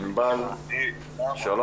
ענבל, שלום רב.